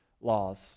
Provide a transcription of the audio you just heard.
laws